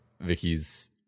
Vicky's